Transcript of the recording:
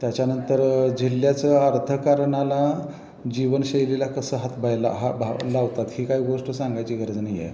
त्याच्यानंतर जिल्ह्याचं अर्थकारणाला जीवनशैलीला कसं हातभायला हा भाव लावतात ही काही गोष्ट सांगायची गरज नाही आहे